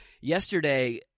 Yesterday –